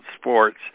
sports